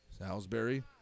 Salisbury